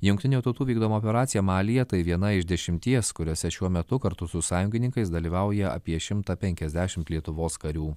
jungtinių tautų vykdoma operacija malyje tai viena iš dešimties kuriose šiuo metu kartu su sąjungininkais dalyvauja apie šimtą penkiasdešimt lietuvos karių